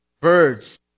birds